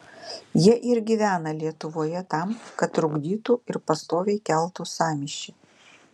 jie ir gyvena lietuvoje tam kad trukdytų ir pastoviai keltų sąmyšį